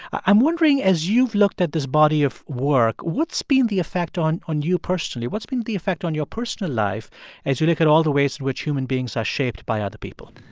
i'm wondering as you've looked at this body of work, what's been the effect on on you personally? what's been the effect on your personal life as you look at all the ways in which human beings are shaped by other people?